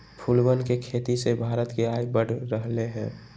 फूलवन के खेती से भारत के आय बढ़ रहले है